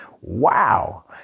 Wow